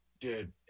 Dude